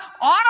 On